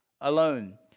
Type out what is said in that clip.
alone